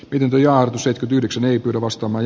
pirjo seitkytyhdeksän ei pyri vastaamaan